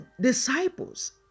disciples